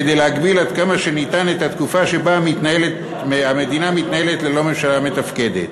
כדי להגביל עד כמה שניתן את התקופה שבה המדינה מתנהלת ללא ממשלה מתפקדת.